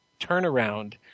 turnaround